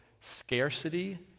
scarcity